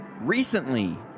Recently